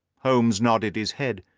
holmes nodded his head.